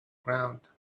ground